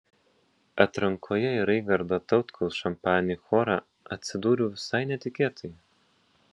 atrankoje į raigardo tautkaus šampaninį chorą atsidūriau visai netikėtai